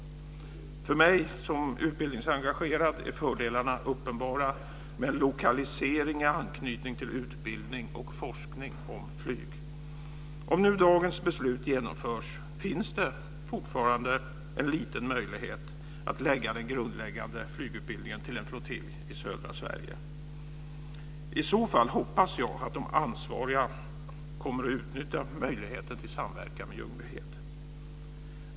För mig som utbildningsengagerad är fördelarna uppenbara, med en lokalisering i anknytning till utbildning och forskning om flyg. Om dagens förslag genomförs finns det fortfarande en liten möjlighet att lokalisera den grundläggande flygutbildningen till en flottilj i södra Sverige. I så fall hoppas jag att de ansvariga kommer att utnyttja möjligheterna till samverkan i Ljungbyhed.